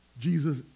Jesus